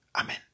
Amen